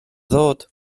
ddod